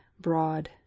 broad